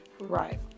Right